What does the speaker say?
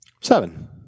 Seven